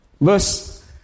Verse